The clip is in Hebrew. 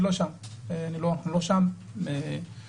אני לא שם ומתנגד לזה.